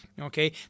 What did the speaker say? okay